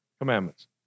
commandments